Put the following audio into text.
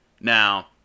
Now